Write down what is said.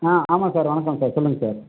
ஆ ஆமாம் சார் வணக்கம் சார் சொல்லுங்கள் சார்